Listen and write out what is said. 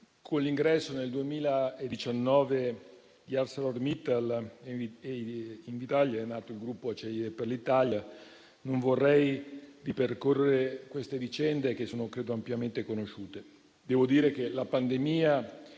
Con l'ingresso nel 2019 di ArcelorMittal e Invitalia è nato il gruppo Acciaierie d'Italia, ma non vorrei ripercorrere queste vicende, che credo siano ampiamente conosciute. Devo dire che la pandemia